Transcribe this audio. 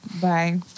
Bye